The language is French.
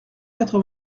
quatre